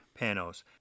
Panos